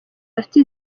bafite